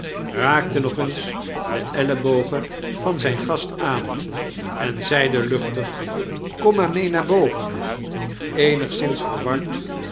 raakte nog eens de ellebogen van zijn gast aan en zeide luchtig kom maar mee naar boven eenigszins verward